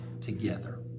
together